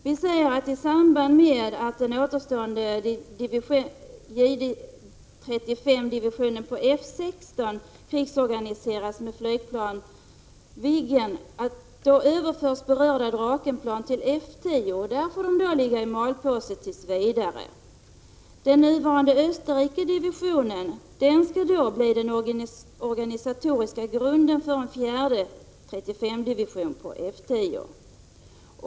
Vi säger att i samband med att den återstående J 35-divisionen på F 16 krigsorganiseras med flygplan Viggen överförs berörda Drakenplan till F 10. Där får de då ligga i ”malpåse” tills vidare. Den nuvarande Österrikedivisionen skall bli den organisatoriska grunden för en fjärde 35-division på F 10.